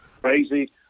crazy